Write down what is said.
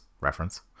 reference